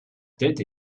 tête